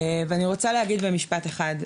אני רוצה להגיד במשפט אחד.